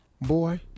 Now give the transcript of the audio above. Boy